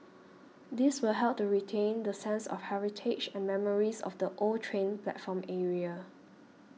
this will help to retain the sense of heritage and memories of the old train platform area